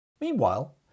Meanwhile